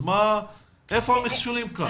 אז איפה המכשולים כאן?